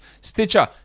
Stitcher